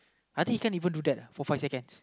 I think he can't even do that uh for five seconds